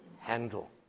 handle